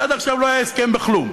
עד עכשיו לא היה הסכם בכלום,